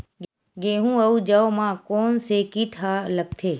गेहूं अउ जौ मा कोन से कीट हा लगथे?